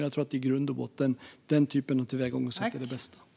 Jag tror att det är den typen av tillvägagångssätt som i grund och botten är bäst.